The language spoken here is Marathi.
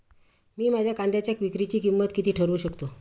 मी माझ्या कांद्यांच्या विक्रीची किंमत किती ठरवू शकतो?